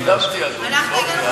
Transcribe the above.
אנחנו הגענו בזמן.